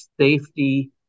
safety